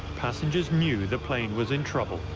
passengers knew the plane was in trouble